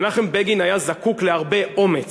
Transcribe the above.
מנחם בגין היה זקוק להרבה אומץ.